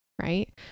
right